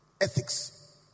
Ethics